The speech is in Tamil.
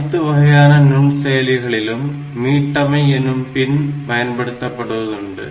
அனைத்து வகையான நுண்செயலிகளிலும் மீட்டமை எனும் பின் பயன்படுத்தப்படுவதுண்டு